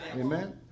Amen